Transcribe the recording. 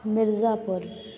Mirzapur